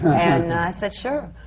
and i said, sure.